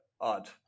odd